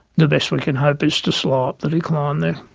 the best we can hope is to slow up the decline there.